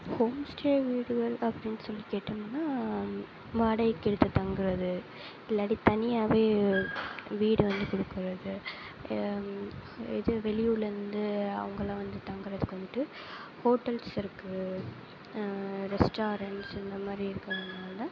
homestay வீடுகள் அப்படின் சொல்லி கேட்டிங்கனா வாடகைக்கு எடுத்து தங்கறது இல்லாட்டி தனியாகவே வீடு வந்து கொடுக்குறது இது வெளியூர்லேருந்து அவங்களாம் வந்து தங்கறதுக்கு வந்துட்டு ஹோட்டல்ஸ் இருக்குது ரெஸ்டாரெண்ட்ஸ் இந்த மாதிரி இருக்கறதுனால்